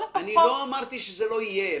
אני לא אמרתי שזה לא יהיה,